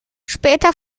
später